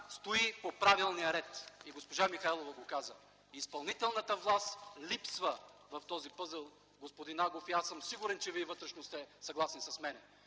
стои по правилния ред. И госпожа Михайлова го каза: изпълнителната власт липсва в този пъзел, господин Агов! И аз съм сигурен, че Вие вътрешно сте съгласен с мен.